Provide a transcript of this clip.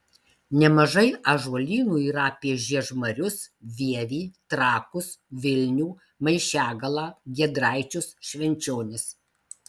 nemažai ąžuolynų yra apie žiežmarius vievį trakus vilnių maišiagalą giedraičius švenčionis